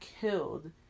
killed